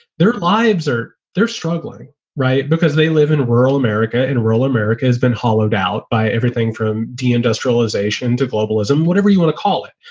their lives are they're struggling, right. because they live in rural america and rural america has been hollowed out by everything from deindustrialization to globalism, whatever you want to call it,